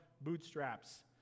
bootstraps